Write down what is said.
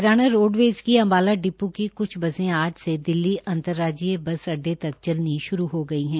Haryana roadways की Ambala depot की क्छ बसे आज से दिल्ली अतंराज्यीय बस अड्डे तक चलनी शुरू हो गई है